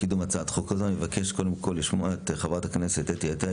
אני מבקש לשמוע את חברת הכנסת אתי עטייה,